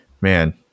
man